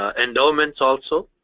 ah endowments also.